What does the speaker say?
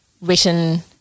written